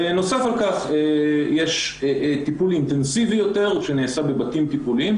נוסף על כך יש טיפול אינטנסיבי יותר שנעשה בבתים טיפוליים,